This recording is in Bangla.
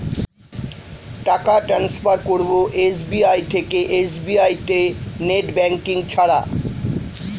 টাকা টান্সফার করব এস.বি.আই থেকে এস.বি.আই তে নেট ব্যাঙ্কিং ছাড়া?